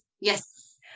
Yes